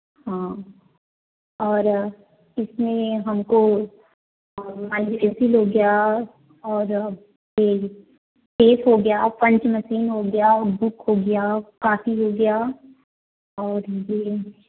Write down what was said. हाँ और इसमें हमको मानिए पेंसिल हो गया और यह पेंच हो गया पंच मसीन हो गया बुक हो गया काफ़ी हो गया और यह